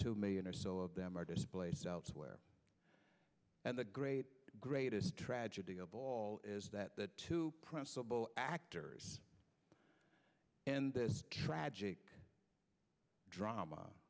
two million or so of them are displaced elsewhere and the great greatest tragedy of all is that the two principal actors in this tragic drama